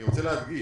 אני רוצה להדגיש,